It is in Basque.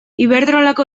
iberdrolako